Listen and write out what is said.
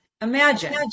imagine